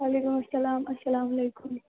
وعلیکُم السلام السلامُ علیکُم